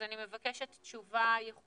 אז אני מבקשת תשובה ייחודית